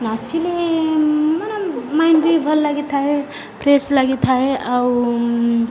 ନାଚିଲେ ମାନେ ମାଇଣ୍ଡ ବି ଭଲ ଲାଗିଥାଏ ଫ୍ରେଶ୍ ଲାଗିଥାଏ ଆଉ